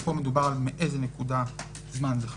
פה מדובר מאיזו נקודת זמן זה חל.